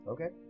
Okay